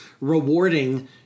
rewarding